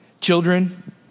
Children